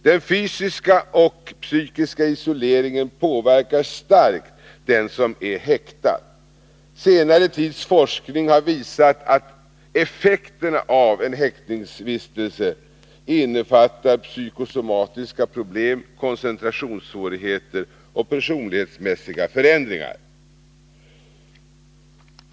Den fysiska och psykiska isoleringen påverkar starkt den som är häktad. Senare tids forskning har visat att effekterna av en häktningsvistelse innefattar psykosomatiska problem, koncentrationssvårigheter och personlighetsmässiga förändringar.